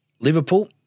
Liverpool